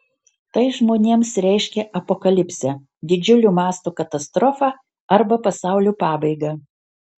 tai žmonėms reiškia apokalipsę didžiulio mąsto katastrofą arba pasaulio pabaigą